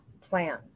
plan